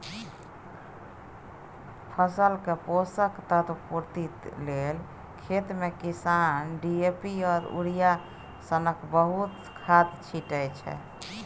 फसलक पोषक तत्व पुर्ति लेल खेतमे किसान डी.ए.पी आ युरिया सनक बहुत खाद छीटय छै